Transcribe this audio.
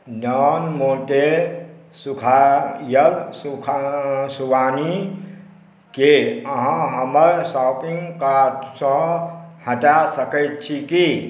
don Monte सूखायल खुबानी के अहाँ हमर शॉपिंग कार्ट सँ हटा सकैत छी की